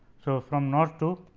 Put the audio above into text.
so, from north to